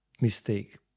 mistake